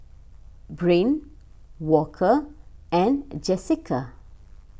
Brain Walker and Jessika